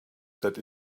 that